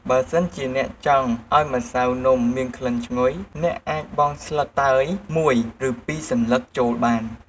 បើសិនជាអ្នកចង់ ឱ្យម្សៅនំមានក្លិនឈ្ងុយ អ្នកអាចបង់ស្លឹក តើយ មួយ ឬពីរសន្លឹកចូលបាន។